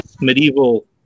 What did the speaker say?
medieval